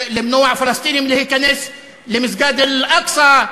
למנוע מפלסטינים להיכנס למסגד אל-אקצא.